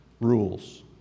rules